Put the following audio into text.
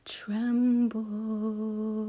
tremble